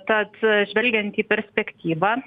tad žvelgiant į perspektyva